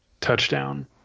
touchdown